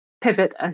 pivot